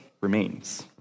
remains